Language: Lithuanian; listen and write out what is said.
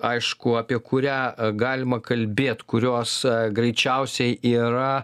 aišku apie kurią galima kalbėt kurios greičiausiai yra